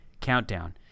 Countdown